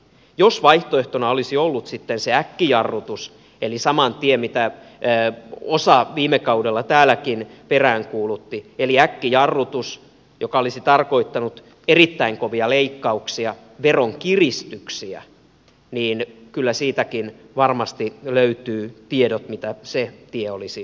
jos vaihtoehtona olisi ollut sitten se äkkijarrutus eli sama tie mitä osa viime kaudella täälläkin peräänkuulutti eli äkkijarrutus joka olisi tarkoittanut erittäin kovia leikkauksia veronkiristyksiä niin kyllä siitäkin varmasti löytyy tiedot mitä se tie olisi tarkoittanut